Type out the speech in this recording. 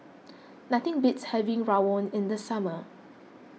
nothing beats having Rawon in the summer